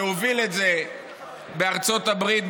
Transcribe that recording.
שהוביל את זה בארצות הברית,